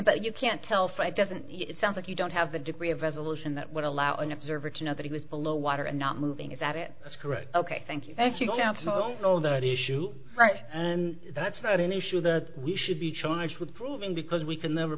but you can't tell for it doesn't it sounds like you don't have the degree of resolution that would allow an observer to know that he was below water and not moving is that it that's correct ok thank you thank you sam so i don't know that issue right and that's not an issue that we should be charged with proving because we can never